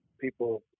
people